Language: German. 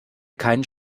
keinen